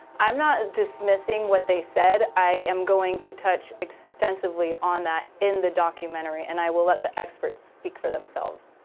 i'm not dismissing what they said. i am going to touch extensively on that in the documentary and i will let the experts speak for themselves.